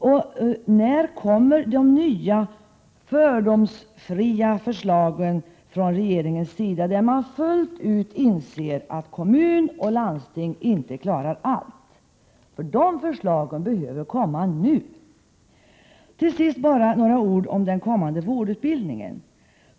Och när kommer de nya fördomsfria förslagen från regeringens sida, där man fullt ut inser att kommun och landsting inte klarar allt? De förslagen behöver komma nu! Till sist bara några ord om den kommande vårdutbildningen.